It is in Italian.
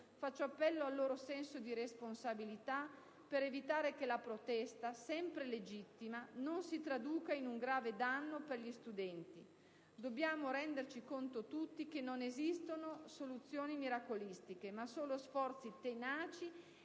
Faccio appello al loro senso di responsabilità per evitare che la protesta, sempre legittima, non si traduca in un grave danno per gli studenti. Dobbiamo renderci conto tutti che non esistono soluzioni miracolistiche, ma solo sforzi tenaci e